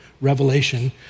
Revelation